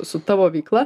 su tavo veikla